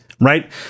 right